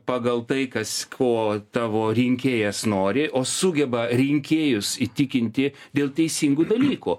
pagal tai kas ko tavo rinkėjas nori o sugeba rinkėjus įtikinti dėl teisingų dalykų